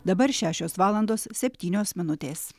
dabar šešios valandos septynios minutės